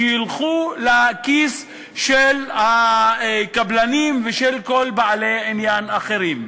ילכו לכיס של הקבלנים ושל כל בעלי העניין האחרים.